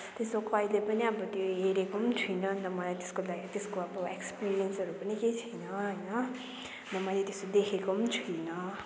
त्यस्तो कहिले अब त्यो हेरेको पनि छुइनँ अन्त मलाई त्यसको बा त्यसको अब एक्सपिरिएन्सहरू पनि केही छैन होइन अन्त मैले त्यस्तो देखेको पनि छुइनँ